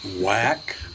whack